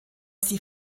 sie